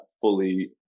fully